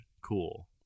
Cool